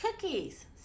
cookies